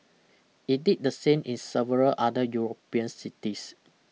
it did the same in several other European cities